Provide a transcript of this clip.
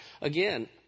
Again